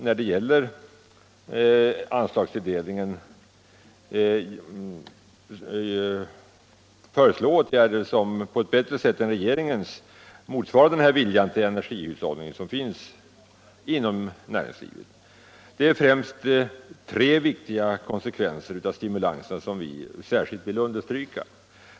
När det gäller anslagstilldelningen vill vi föreslå åtgärder som på ett bättre sätt än regeringens tar vara på den vilja till energihushållning som finns inom näringslivet. Det är främst fyra viktiga konsekvenser av stimulanserna som vi särskilt vill understryka.